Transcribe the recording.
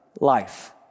life